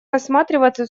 рассматриваться